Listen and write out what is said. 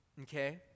okay